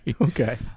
Okay